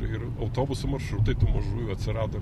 ir autobusų maršrutai tų mažųjų atsirado